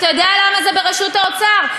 אתה יודע למה זה בראשות האוצר?